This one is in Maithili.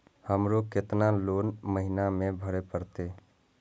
हमरो केतना लोन महीना में भरे परतें?